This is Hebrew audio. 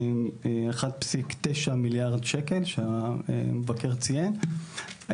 1.9 מיליארד שקל שהמבקר ציין,